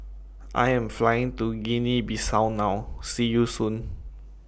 I Am Flying to Guinea Bissau now See YOU Soon